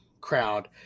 crowd